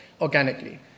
organically